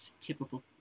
typical